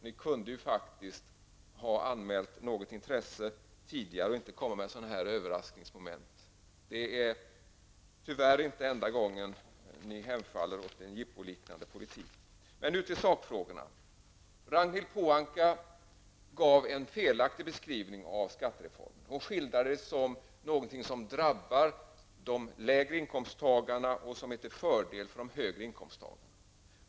Ni kunde ha anmält intresse tidigare och inte komma med denna överraskning nu. Tyvärr är det inte den enda gången som ni har hemfallit åt en jippoliknande politik. Nu till sakfrågorna. Ragnhild Pohanka gav en felaktig beskrivning av skattereformen och sade att den drabbade de lägre inkomsttagarna, medan det blev fördelar för de högre inkomsttagarna.